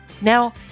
Now